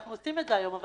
אנחנו עושים את זה היום.